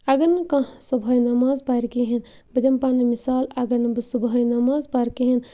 اگر نہٕ کانٛہہ صُبحٲے نٮمز پَرِ کِہیٖنۍ بہٕ دِمہٕ پَنٕنۍ مِثال اگر نہٕ بہٕ صُبحٲے نٮ۪ماز پرٕ کِہیٖنۍ